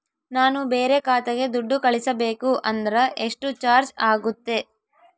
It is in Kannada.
ನಾನು ಬೇರೆ ಖಾತೆಗೆ ದುಡ್ಡು ಕಳಿಸಬೇಕು ಅಂದ್ರ ಎಷ್ಟು ಚಾರ್ಜ್ ಆಗುತ್ತೆ?